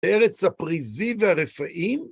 בארץ הפריזי והרפאים?